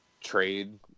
trade